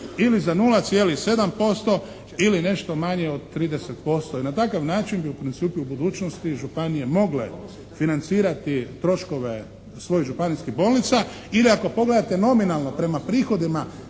ili za 0,7% ili nešto manje od 30% i na takav način bi u principu u budućnosti županije mogle financirati troškove svojih županijskih bolnica ili ako pogledate nominalno prema prihodima